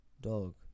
Dog